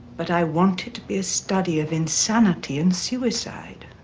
but i want it to be a study of insanity and suicide,